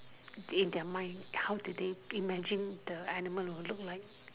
in their mind how did they imagine the animal will look like